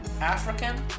African